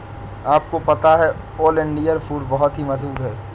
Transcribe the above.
आपको पता है ओलियंडर फूल बहुत ही मशहूर है